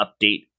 update